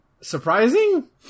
surprising